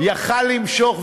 אבל אמרתי לך,